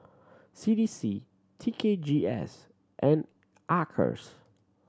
C D C T K G S and Acres